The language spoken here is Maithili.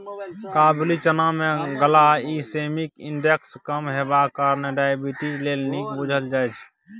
काबुली चना मे ग्लाइसेमिक इन्डेक्स कम हेबाक कारणेँ डायबिटीज लेल नीक बुझल जाइ छै